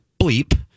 bleep